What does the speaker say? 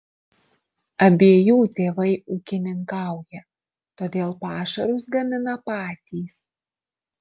abiejų tėvai ūkininkauja todėl pašarus gamina patys